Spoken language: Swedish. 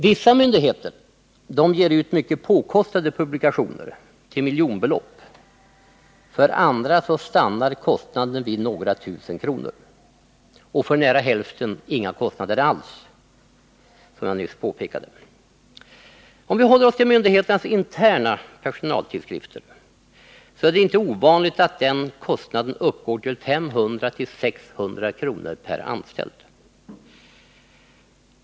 Vissa myndigheter ger ut mycket påkostade publikationer till miljonbelopp, för andra stannar kostnaden vid några tusen kronor. Och för nära hälften är det inga kostnader alls, som jag nyss påpekade. Om vi håller oss till myndigheternas interna personaltidskrifter, så är det inte ovanligt att kostnaden uppgår till 500-600 kr. per anställd.